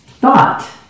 thought